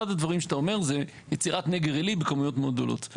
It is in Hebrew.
אחד הדברים שאתה אומר זה יצירת נגר עילי בכמויות מאוד גדולות.